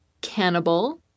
cannibal